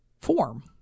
Form